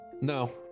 No